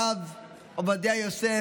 הרב עובדיה יוסף,